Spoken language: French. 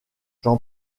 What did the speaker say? jean